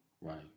Right